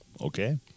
Okay